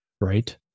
right